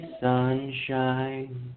sunshine